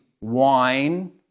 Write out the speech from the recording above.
wine